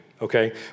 okay